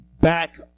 back